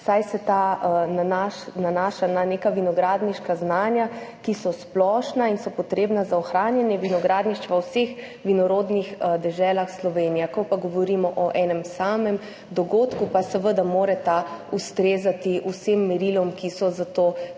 saj se ta nanaša na neka vinogradniška znanja, ki so splošna in so potrebna za ohranjanje vinogradništva v vseh vinorodnih deželah Slovenija. Ko pa govorimo o enem samem dogodku, pa seveda mora ta ustrezati vsem merilom, ki so za to predvidena.